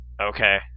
Okay